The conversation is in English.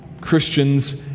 Christians